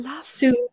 soup